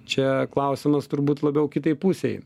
čia klausimas turbūt labiau kitai pusei